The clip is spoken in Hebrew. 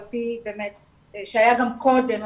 שהיה גם קודם,